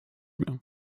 mehr